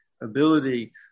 ability